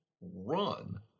run